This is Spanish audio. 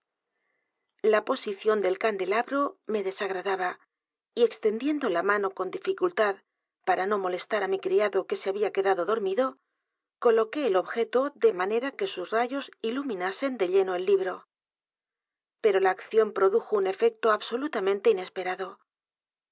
la posición del candelabro me desagradaba y extendiendo la mano con dificultad p a r a no molestar á mi criado que se había quedado dormido coloqué e objeto de manera que s u s rayos iluminasen de lleno el libro pero la acción produjo un efecto absolutamente inesperado